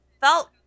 felt